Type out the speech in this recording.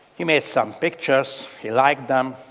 he made some pictures. he liked them.